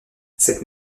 cette